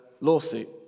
lawsuit